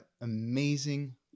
amazing